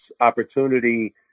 opportunity